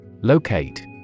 Locate